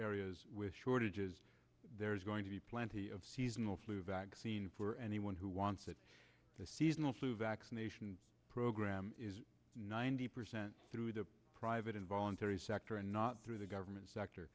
areas with shortages there's going to be plenty of seasonal flu vaccine for anyone who wants it the seasonal flu vaccination program is ninety percent through the private and voluntary sector and not through the government sector